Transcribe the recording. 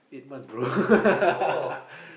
eight months bro